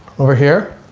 over here.